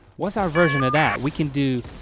what's our version of that we can do,